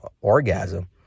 orgasm